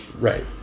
Right